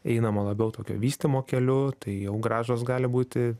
einama labiau tokio vystymo keliu tai jau grąžos gali būti